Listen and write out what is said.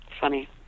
Funny